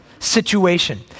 Situation